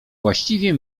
właściwie